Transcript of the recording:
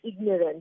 ignorant